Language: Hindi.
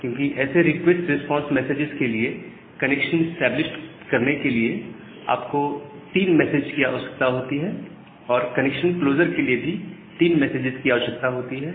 क्योंकि ऐसे रिक्वेस्ट रिस्पांस मैसेजेस के लिए कनेक्शन इस्टैबलिश्ड करने के लिए आप को 3 मैसेजेस की आवश्यकता होती है और कनेक्शन क्लोजर के लिए भी 3 मैसेजेस की आवश्यकता होती है